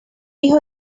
hijo